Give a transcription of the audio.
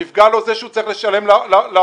הוא נפגע בכך שהוא צריך לשלם לעובדים,